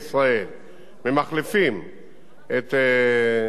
את אזור בית-קמה,